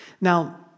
Now